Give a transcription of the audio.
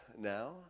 now